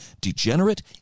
degenerate